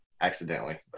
accidentally